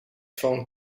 van